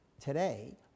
Today